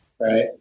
right